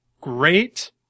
great